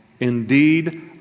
Indeed